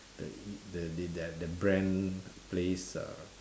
the the they their the brand place uh